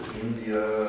India